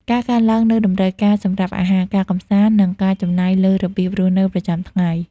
ការកើនឡើងនូវតម្រូវការសម្រាប់អាហារ ការកម្សាន្ត និងការចំណាយលើរបៀបរស់នៅប្រចាំថ្ងៃ។